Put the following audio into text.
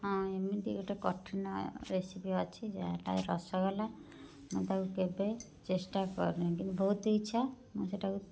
ହଁ ଏମିତି ଗୋଟେ କଠିନ ରେସିପି ଅଛି ଯାହାଟା ରସଗୋଲା ମୁଁ ତାକୁ କେବେ ଚେଷ୍ଟା କରିନି କିନ୍ତୁ ବହୁତ ଇଚ୍ଛା ମୁଁ ସେଇଟାକୁ